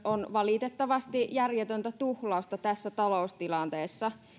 on valitettavasti järjetöntä tuhlausta tässä taloustilanteessa